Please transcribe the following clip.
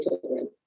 children